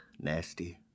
nasty